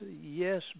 yes